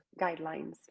guidelines